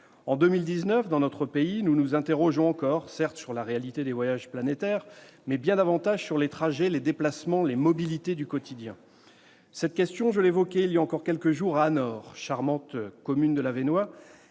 En 2019, dans notre pays, nous nous interrogeons encore, certes, sur la réalité des voyages planétaires, mais bien davantage sur les trajets, les déplacements et les mobilités du quotidien. Cette question, je l'évoquais il y a encore quelques jours à Anor. Outre que cette charmante commune de l'Avesnois